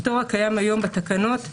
הפטור הקיים היום בתקנות,